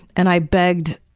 and i begged.